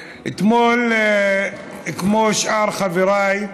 אתמול, כמו שאר חבריי,